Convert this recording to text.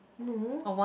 no